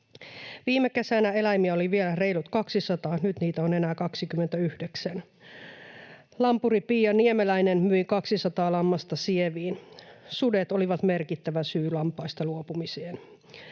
Viime kesänä eläimiä oli vielä reilut 200, nyt niitä on enää 29. Lampuri Pia Niemeläinen myi 200 lammasta Sieviin. Sudet olivat merkittävä syy lampaista luopumiseen.